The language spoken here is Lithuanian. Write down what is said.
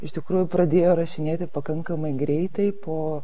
iš tikrųjų pradėjo rašinėti pakankamai greitai po